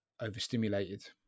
overstimulated